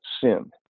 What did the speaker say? sin